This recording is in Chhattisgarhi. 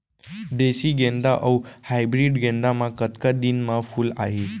देसी गेंदा अऊ हाइब्रिड गेंदा म कतका दिन म फूल आही?